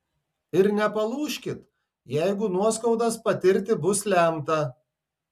ir nepalūžkit jeigu nuoskaudas patirti bus lemta